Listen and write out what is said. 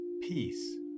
peace